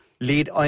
lead